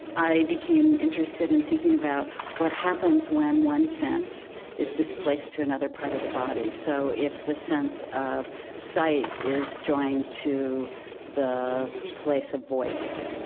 i became interested in thinking about what happens when one sense is displaced to another part of the body. so, if the sense of sight is joined to the place of voice,